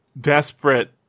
desperate